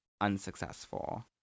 unsuccessful